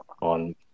on